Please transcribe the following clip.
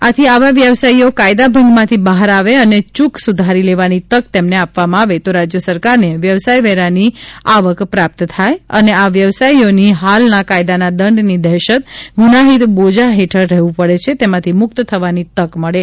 આથી આવા વ્યવસાયીઓ કાયદા ભંગમાંથી બહાર આવે અને ચૂક સુધારી લેવાની તક તેમને આપવામાં આવે તો રાજ્ય સરકારને વ્યવસાય વેરાની આવક પ્રાપ્ત થાય અને આ વ્યવસાયીઓની હાલનાં કાયદાના દંડની દહેશત ગુનાહિત બોજા હેઠળ રહેવું પડે છે તેમાંથી મુકત થવાની તક મળે